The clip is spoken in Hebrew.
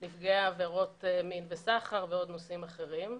נפגעי עבירות מין וסחר ועוד נושאים אחרים.